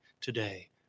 today